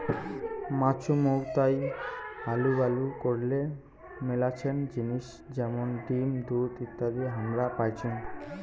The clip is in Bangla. মাছুমৌতাই হালুবালু করলে মেলাছেন জিনিস যেমন ডিম, দুধ ইত্যাদি হামরা পাইচুঙ